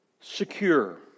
secure